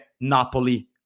Napoli